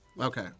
Okay